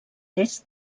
est